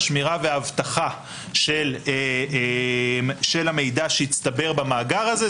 השמירה והאבטחה של המידע שהצטבר במאגר הזה.